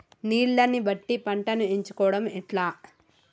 నీళ్లని బట్టి పంటను ఎంచుకోవడం ఎట్లా?